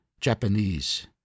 Japanese